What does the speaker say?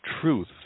truth